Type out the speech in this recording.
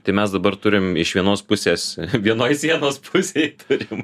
tai mes dabar turim iš vienos pusės vienoj sienos pusėj turim